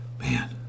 Man